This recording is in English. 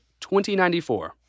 2094